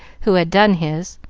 who had done his.